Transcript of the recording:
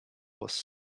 was